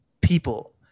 people